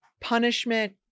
punishment